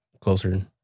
closer